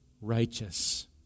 righteous